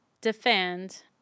defend